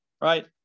right